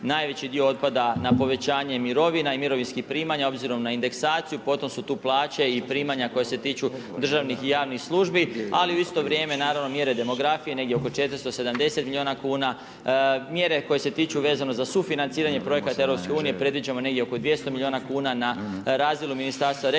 najveći dio otpada na povećanje mirovina i mirovinskih primanja obzirom na indeksaciju, potom su tu plaće i primanja koja se tiču državnih i javnih službi, ali u isto vrijeme naravno mjere demografije, negdje oko 470 milijuna kuna, mjere koje se tiču vezano za sufinanciranje projekata Europske unije predviđamo negdje oko 200 milijuna kuna na razinu Ministarstva regionalnog